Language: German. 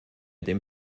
dem